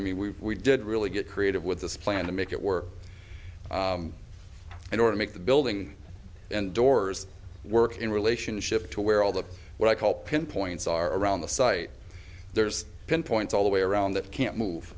i mean we we did really get creative with this plan to make it work in order to make the building and doors work in relationship to where all the what i call pin points are around the site there's pinpoints all the way around that can't move